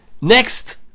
Next